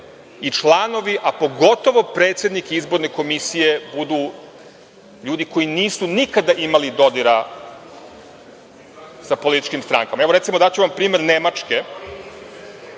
i članovi, a pogotovo predsednik izborne komisije, budu ljudi koji nisu nikada imali dodira sa političkim strankama. Recimo, daću vam primer Nemačke.